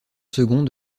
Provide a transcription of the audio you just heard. second